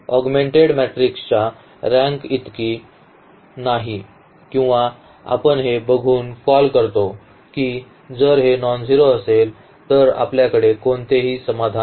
augmented मॅट्रिक्सच्या रँकइतकी नाही किंवा आपण हे बघून कॉल करतो की जर हे नॉनझेरो असेल तर आपल्याकडे कोणतेही समाधान नाही